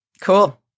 Cool